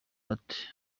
ati